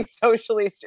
socially